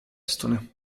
estone